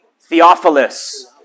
Theophilus